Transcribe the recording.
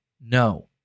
no